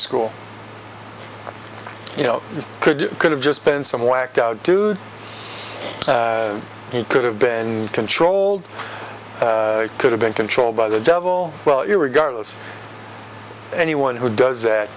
school you know could you could have just been some whacked out dude he could have been controlled could have been controlled by the devil well you regardless anyone who does that